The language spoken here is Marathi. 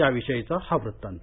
त्याविषयीचा वृत्तांत